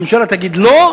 הממשלה תגיד לא,